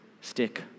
stick